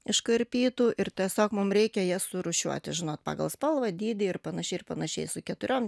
iškarpytų ir tiesiog mum reikia jas surūšiuoti žinot pagal spalvą dydį ir panašiai ir panašiai su keturiom